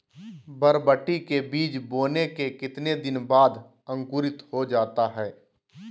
बरबटी के बीज बोने के कितने दिन बाद अंकुरित हो जाता है?